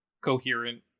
coherent